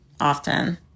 often